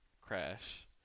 Crash